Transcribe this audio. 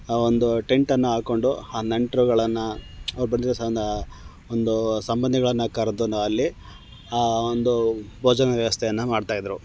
ಒಂದು ಟೆಂಟ್ ಅನ್ನು ಹಾಕ್ಕೊಂಡು ಆ ನೆಂಟರುಗಳನ್ನ ಅವರ್ ಒಂದೂ ಸಂಬಂಧಿಗಳನ್ನ ಕರೆದು ನಾನು ಅಲ್ಲಿ ಆ ಒಂದು ಭೋಜನ ವ್ಯವಸ್ಥೆನ ಮಾಡ್ತಾಯಿದ್ದರು